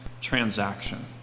transaction